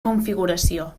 configuració